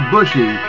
Bushy